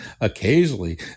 occasionally